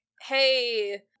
hey